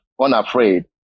unafraid